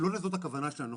לא לזה הכוונה שלנו.